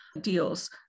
deals